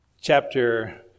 chapter